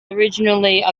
originally